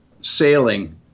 sailing